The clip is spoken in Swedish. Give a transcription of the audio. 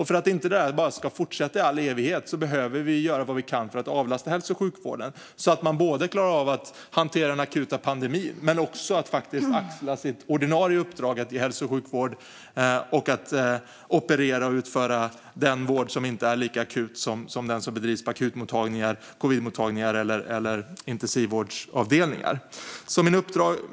För att detta inte bara ska fortsätta i all evighet behöver vi göra vad vi kan för att avlasta hälso och sjukvården så att den klarar av att både hantera den akuta pandemin och axla sitt ordinarie uppdrag att ge hälso och sjukvård, operera och utföra den vård som inte är lika akut som den som bedrivs på akutmottagningar, covidmottagningar eller intensivvårdsavdelningar.